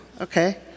okay